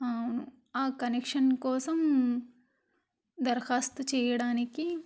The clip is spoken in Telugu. అవును ఆ కనెక్షన్ కోసం దరఖాస్తు చేయడానికి